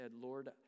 Lord